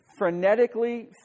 frenetically